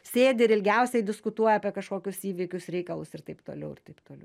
sėdi ir ilgiausiai diskutuoja apie kažkokius įvykius reikalus ir taip toliau ir taip toliau